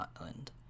Island